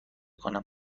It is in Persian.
کنم